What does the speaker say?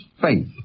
faith